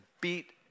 beat